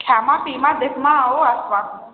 ଖାଇମା ପିଇମା ଦେଖ୍ମା ଆଉ ଆସ୍ମା